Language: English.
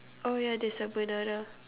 oh yeah there's a banana